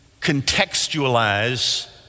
contextualize